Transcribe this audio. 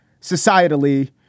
societally